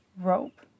rope